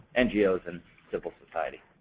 ngos, and civil society.